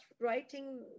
writing